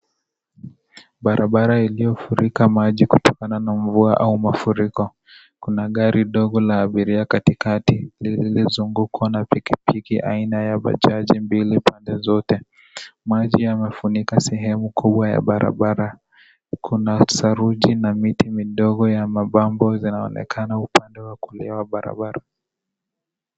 Barabara iliyo furika maji kutokana na mvua au mafuriko kuna gari ndogo la abiria katikati lililo zungukwa na pikipiki aina ya bajaji mbili pande zote. Maji yamefunika sehemu kubwa ya barabara kuko na miti midogo ya mabambo upande wa kulia wa barabara.